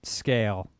scale